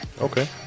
Okay